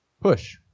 Push